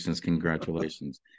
Congratulations